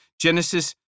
Genesis